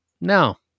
no